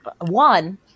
One